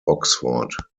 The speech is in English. oxford